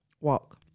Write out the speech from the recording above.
walk